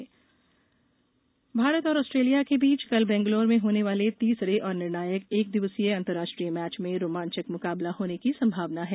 cricket संभावना भारत और Australia के बीच कल बैगलोर में होने वाले तीसरे और निर्णायक एक दिवसीय अंतराष्ट्रीय मैच में रोमाचंक मुकाबला होने की संभावना है